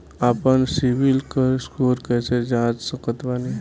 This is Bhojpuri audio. आपन सीबील स्कोर कैसे जांच सकत बानी?